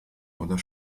oder